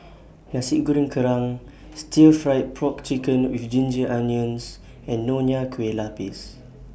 Nasi Goreng Kerang Stir Fried Pork Chicken with Ginger Onions and Nonya Kueh Lapis